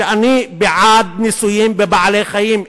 שאני בעד ניסויים בבעלי-חיים.